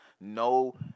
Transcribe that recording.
no